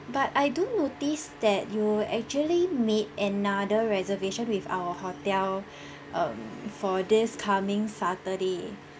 but I do notice that you actually made another reservation with our hotel um for this coming saturday